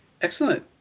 Excellent